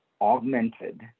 augmented